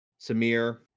Samir